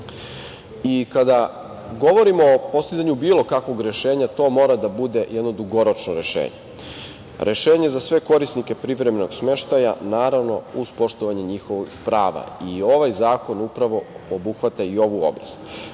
govorimo postizanju bilo kakvog rešenja, to mora da bude jedno dugoročno rešenje, rešenje za sve korisnike privremenog smeštaja, naravno, uz poštovanje njihovih prava. Ovaj zakon upravo obuhvata i ovu oblast.